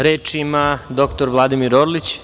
Reč ima dr Vladimir Orlić.